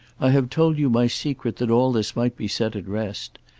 i have told you my secret that all this might be set at rest.